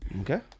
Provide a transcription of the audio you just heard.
Okay